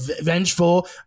vengeful